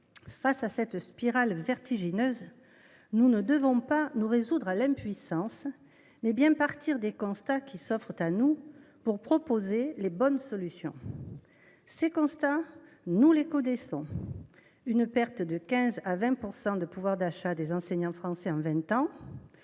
Face à cette spirale vertigineuse, nous ne devons pas nous résoudre à l’impuissance, mais plutôt partir des constats qui s’offrent à nous pour proposer les bonnes solutions. Ces constats, nous les connaissons : perte de 15 % à 20 % de pouvoir d’achat des enseignants français en vingt